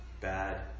bad